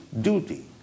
duty